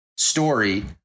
story